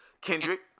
kendrick